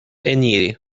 eniri